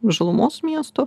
žalumos miesto